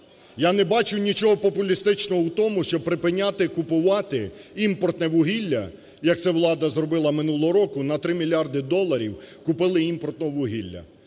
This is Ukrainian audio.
Я не бачу нічого популістичного у тому, що припиняти купувати імпортне вугілля, як це влада зробила минулого року - на 3 мільярди доларів купили імпортного вугілля.